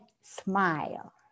smile